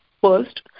first